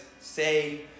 say